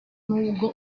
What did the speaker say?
nubwo